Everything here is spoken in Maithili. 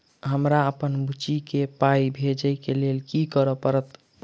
हमरा अप्पन बुची केँ पाई भेजइ केँ लेल की करऽ पड़त?